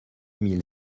mille